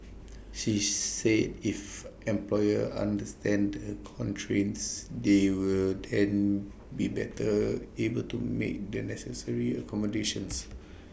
she said if employers understand the constraints they will then be better able to make the necessary accommodations